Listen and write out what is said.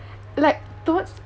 like towards